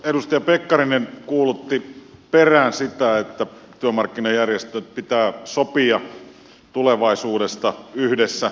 edustaja pekkarinen kuulutti sen perään että työmarkkinajärjestöjen pitää sopia tulevaisuudesta yhdessä